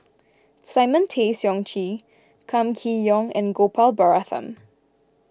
Simon Tay Seong Chee Kam Kee Yong and Gopal Baratham